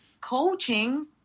coaching